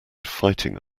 fighting